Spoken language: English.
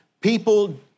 People